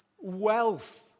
wealth